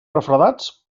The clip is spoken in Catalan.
refredats